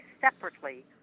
separately